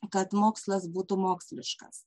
kad mokslas būtų moksliškas